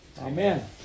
Amen